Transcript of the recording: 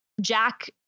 Jack